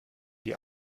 die